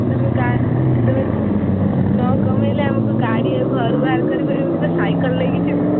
ତମେ ଗା ତମେ ନ କମେଇଲେ ଆମକୁ ଗାଡ଼ି ଆଉ ଘରୁ ବାହାର କରିପାରିବୁନି ତ ସାଇକେଲ୍ ନେଇକି ଯିବୁ